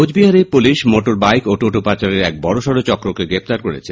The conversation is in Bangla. কোচবিহারে পুলিশ মোটরবাইক ও টোটো পাচারের এক বডসড চক্রকে গ্রেফতার করেছে